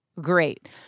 Great